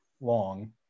long